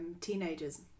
teenagers